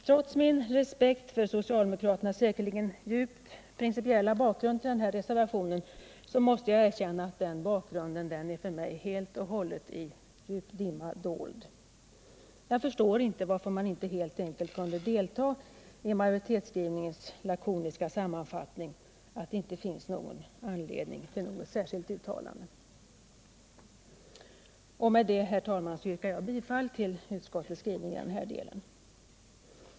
Trots min respekt för socialdemokraternas säkerligen djupt syftande och principiella bakgrund till reservationen måste jag erkänna att denna bakgrund för mig är i djup dimma dold. Jag förstår inte varför man inte helt enkelt kunde delta i majoritetsskrivningens lakoniska sammanfattning att ingen anledning fanns till något särskilt uttalande. Med det, herr talman, yrkar jag bifall till utskottets skrivning i den här delen.